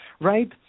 right